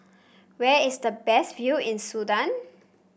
where is the best view in Sudan